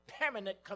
permanent